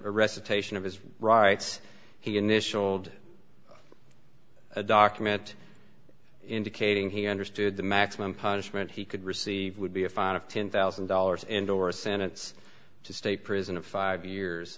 recitation of his rights he initialed a document indicating he understood the maximum punishment he could receive would be a fine of ten thousand dollars and or senate's to state prison of five years